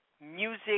Music